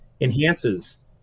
enhances